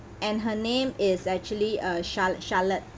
and her name is actually uh char~ charlotte